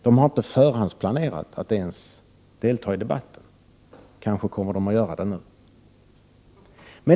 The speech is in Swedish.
De har inte förhandsplanerat att ens delta i debatten; kanske kommer de att göra det nu.